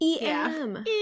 EM